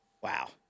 Wow